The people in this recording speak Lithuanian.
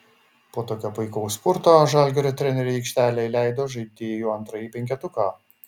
po tokio puikaus spurto žalgirio treneriai į aikštelę įleido žaidėjų antrąjį penketuką